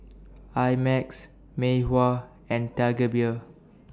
I Max Mei Hua and Tiger Beer